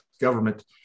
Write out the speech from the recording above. government